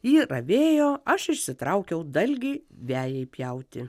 ji ravėjo aš išsitraukiau dalgį vejai pjauti